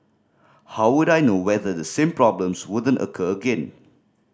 how would I know whether the same problems wouldn't occur again